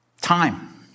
time